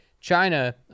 China